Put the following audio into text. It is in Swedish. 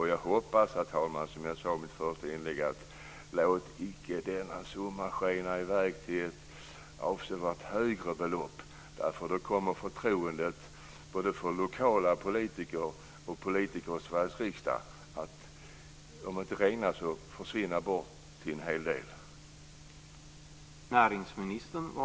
Herr talman! Som jag sade i mitt första inlägg: Låt icke denna summa skena i väg till avsevärt högre belopp därför att då kommer förtroendet både för lokalpolitiker och för politiker i Sveriges riksdag att om inte regna bort så i varje fall till stor del försvinna.